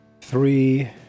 Three